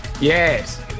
Yes